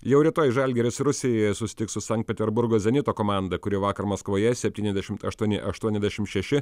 jau rytoj žalgiris rusijoje susitiks su sankt peterburgo zenito komanda kuri vakar maskvoje septyniasdešim aštuoni aštuoniasdešim šeši